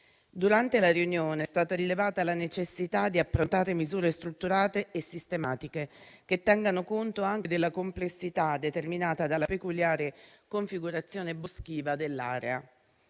Durante la riunione, è stata rilevata la necessità di approntare misure strutturate e sistematiche che tengano conto anche della complessità determinata dalla peculiare configurazione boschiva dell'area.